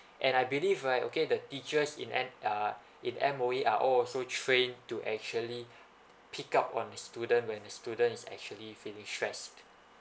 and I believe right okay the teachers in M~ uh in M_O_E are all also trained to actually pick up on the student when the students actually feeling stressed